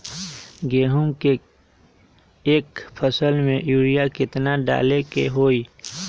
गेंहू के एक फसल में यूरिया केतना डाले के होई?